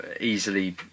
easily